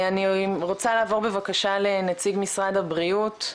אני רוצה לעבור בבקשה לנציג משרד הבריאות,